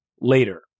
later